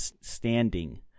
standing